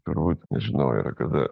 turbūt nežinau aira kada